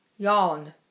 Yawn